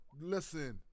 listen